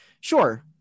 Sure